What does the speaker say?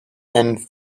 and